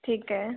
ठीक है